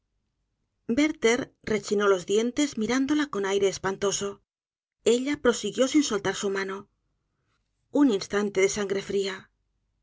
werther rechinó lrs dientes mirándola con aire espantoso ella prosiguió sin soltar su mano un instante de sangqe fria